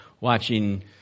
watching